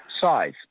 size